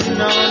no